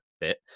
bit